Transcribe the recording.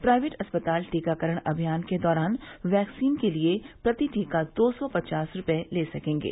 private अस्पताल टीकाकरण अभियान के दौरान वैक्सीन के लिए प्रति टीका दो सौ पचास रूपये ले सकेंगे